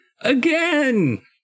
again